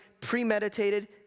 premeditated